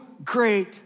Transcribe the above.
Great